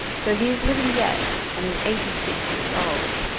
so he is living yet, and is eighty-six years old.